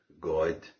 God